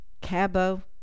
Cabo